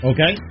Okay